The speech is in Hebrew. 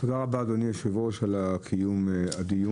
תודה רבה, אדוני היושב-ראש על קיום הדיון.